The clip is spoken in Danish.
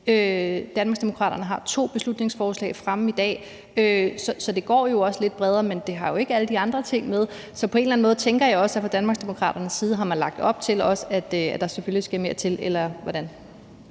Danmarksdemokraterne har to beslutningsforslag fremme i dag, så det går jo også lidt bredere ud, men det har ikke alle de andre ting med. Så på en eller anden måde tænker jeg også, at man fra Danmarksdemokraternes side har lagt op til, at der selvfølgelig skal mere til. Eller hvordan